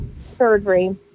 surgery